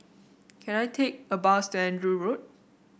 can I take a bus to Andrew Road